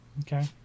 Okay